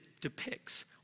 depicts